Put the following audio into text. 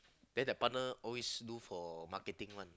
then the partner always do for marketing [one]